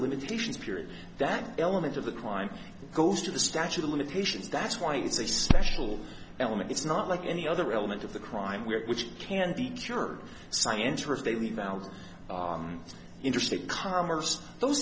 limitations period that element of the crime goes to the statute of limitations that's why it's a special element it's not like any other element of the crime we have which can be cured science or if they leave out on interstate commerce those